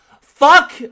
Fuck